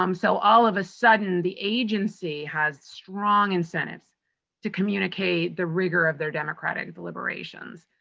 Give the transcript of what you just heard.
um so, all of a sudden, the agency has strong incentives to communicate the rigor of their democratic deliberations.